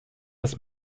des